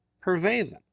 pervasive